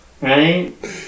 right